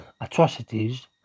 atrocities